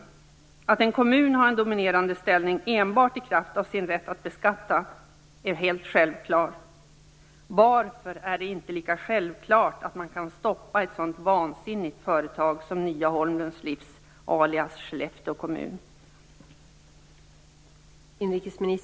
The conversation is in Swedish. Att en kommun har en dominerande ställning enbart i kraft av sin rätt att beskatta är helt självklart. Varför är det inte lika självklart att man kan stoppa ett sådant vansinnigt företag som Nya Holmlunds Livs, alias